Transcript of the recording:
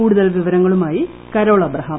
കൂടുതൽ വിവരങ്ങളുമായി കരോൾ അബ്രഹാം